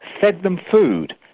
fed them food,